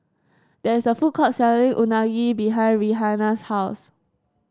there is a food court selling Unagi behind Rihanna's house